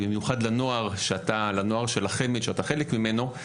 ובמיוחד לנוער של החמ"ד שאתה חלק ממנו,